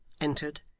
entered,